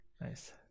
Nice